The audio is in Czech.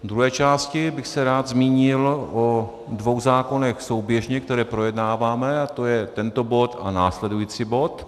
V druhé části bych se rád zmínil o dvou zákonech souběžně, které projednáváme, a to je tento bod a následující bod.